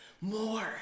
more